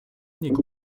niego